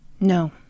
No